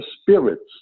spirits